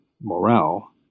morale